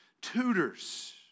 tutors